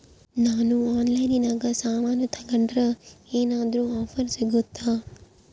ನಾವು ಆನ್ಲೈನಿನಾಗ ಸಾಮಾನು ತಗಂಡ್ರ ಏನಾದ್ರೂ ಆಫರ್ ಸಿಗುತ್ತಾ?